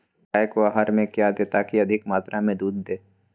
गाय को आहार में क्या दे ताकि अधिक मात्रा मे दूध दे?